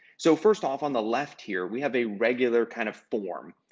so, first off, on the left here, we have a regular kind of form.